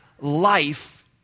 life